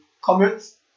comments